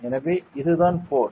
எனவே இதுதான் ஃபோர்ஸ்